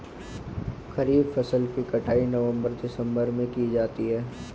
खरीफ फसल की कटाई नवंबर दिसंबर में की जाती है